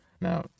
Now